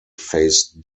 face